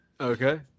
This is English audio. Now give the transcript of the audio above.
Okay